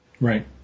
Right